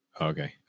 okay